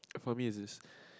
and for me it's this